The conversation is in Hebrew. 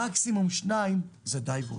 מקסימום שניים, זה די והותר.